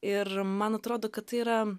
ir man atrodo kad tai yra